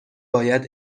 باید